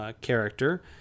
character